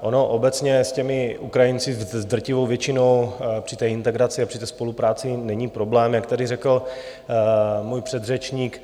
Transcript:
Ono obecně s Ukrajinci, s drtivou většinou, při integraci a při spolupráci není problém, jak tady řekl můj předřečník.